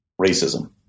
racism